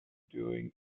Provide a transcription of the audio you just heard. doing